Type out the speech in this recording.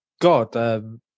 God